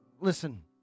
Listen